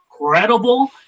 incredible